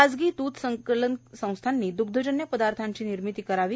खाजगी दुग्ध संकलन संस्थांनी द्ग्धजन्य पदार्थाची निर्मिती करावी